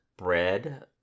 Bread